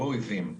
אנחנו לא אויבים.